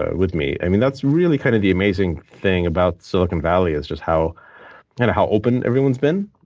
ah with me. that's really kind of the amazing thing about silicon valley is just how and how open everyone has been.